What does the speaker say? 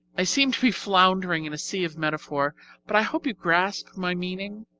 i seem to be floundering in a sea of metaphor but i hope you grasp my meaning?